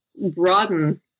broaden